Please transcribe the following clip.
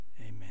amen